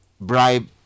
bribe